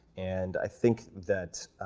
and i think that